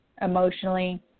emotionally